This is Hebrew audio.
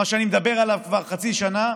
מה שאני מדבר עליו כבר חצי שנה,